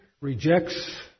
rejects